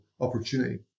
opportunity